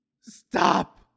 Stop